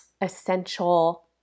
essential